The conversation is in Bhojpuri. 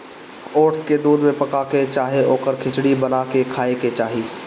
ओट्स के दूध में पका के चाहे ओकर खिचड़ी बना के खाए के चाही